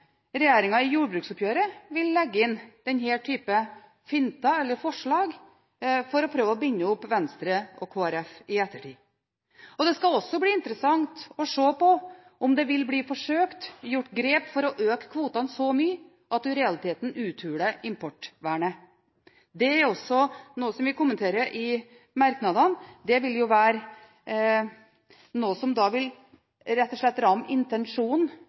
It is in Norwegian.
i jordbruksoppgjøret vil legge inn denne typen finter eller forslag for å prøve å binde opp Venstre og Kristelig Folkeparti i ettertid, og det skal bli interessant å se på om det vil bli forsøkt gjort grep for å øke kvotene så mye at man i realiteten uthuler importvernet. Det er også noe vi kommenterer i merknadene. Det vil være noe som rett og slett vil ramme intensjonen